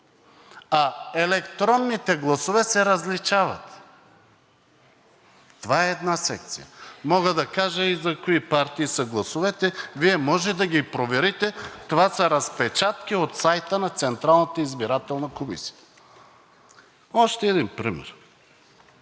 а електронните гласове се различават. Това е една секция. Мога да кажа и за кои партии са гласовете – Вие може да ги проверите, това са разпечатки от сайта на Централната